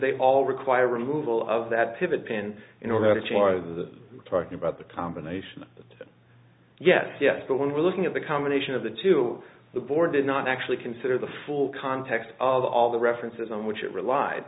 they all require removal of that pivot pin in order to char the we're talking about the combination of yes yes but when we're looking at the combination of the two the board did not actually consider the full context of all the references on which it relied